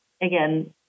again